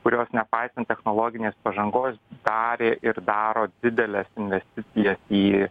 kurios nepaisant technologinės pažangos darė ir daro dideles investicijas į